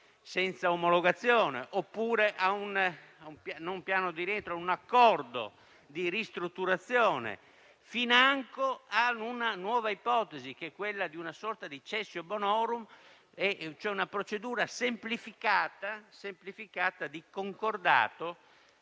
senza omologazione, oppure ad un accordo di ristrutturazione, financo alla nuova ipotesi di una sorta di *cessio bonorum*, cioè una procedura semplificata di concordato